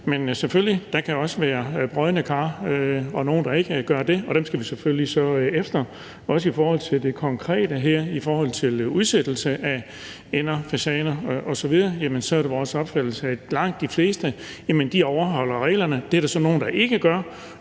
selvfølgelig også være brodne kar og nogle, der ikke gør det. Dem skal vi selvfølgelig efter. I forhold til det konkrete her, der handler om udsættelse af ænder, fasaner osv., er det også vores opfattelse, at langt de fleste overholder reglerne. Det er der så nogle, der ikke gør,